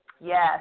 Yes